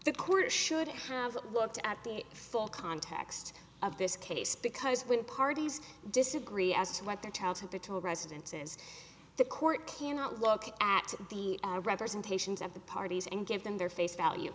the court should have looked at the full context of this case because when parties disagree as to what their child's at the two residences the court cannot look at the representations of the parties and give them their face value